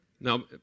Now